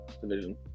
division